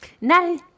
No